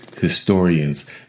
historians